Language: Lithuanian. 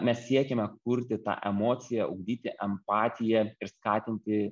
mes siekiame kurti tą emociją ugdyti empatiją ir skatinti